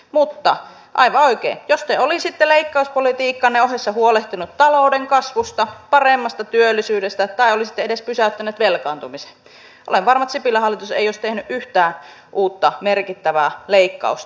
mutta aivan oikein jos te olisitte leikkauspolitiikkanne ohessa huolehtineet talouden kasvusta paremmasta työllisyydestä tai olisitte edes pysäyttäneet velkaantumisen olen varma että sipilän hallitus ei olisi tehnyt yhtään uutta merkittävää leikkausta